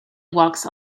walks